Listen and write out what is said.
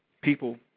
People –